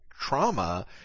trauma